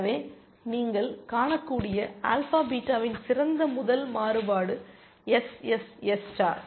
எனவே நீங்கள் காணக்கூடிய ஆல்பா பீட்டாவின் சிறந்த முதல் மாறுபாடு எஸ்எஸ்எஸ் ஸ்டார்